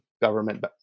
government